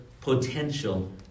potential